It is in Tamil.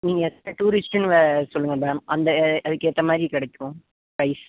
நீங்கள் டூரிஸ்ட்டுன்னு வ சொல்லுங்கள் மேம் அந்த அதுக்கேற்ற மாதிரி கிடைக்கும் ப்ரைஸ்